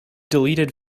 deleted